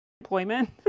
employment